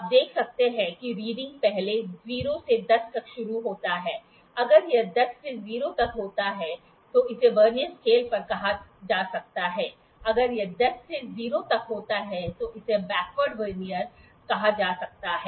आप देख सकते हैं कि रीडिंग पहले 0 से 10 तक शुरू होता है अगर यह 10 से 0 तक होता तो इसे वर्नियर स्केल पर कहा जा सकता था अगर यह 10 से 0 तक होता तो इसे बैकवर्ड वर्नियर कहा जा सकता था